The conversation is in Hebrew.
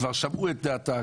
כבר שמעו את דעתה,